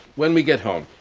when we get home.